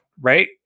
Right